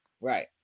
Right